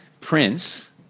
Prince